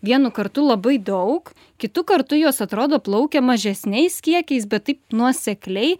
vienu kartu labai daug kitu kartu jos atrodo plaukia mažesniais kiekiais bet taip nuosekliai